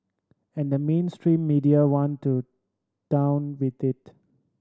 and the mainstream media went to town with it